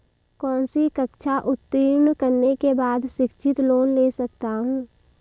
कौनसी कक्षा उत्तीर्ण करने के बाद शिक्षित लोंन ले सकता हूं?